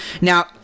Now